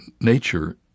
nature